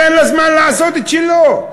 תן לזמן לעשות את שלו.